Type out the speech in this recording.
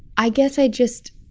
i guess i just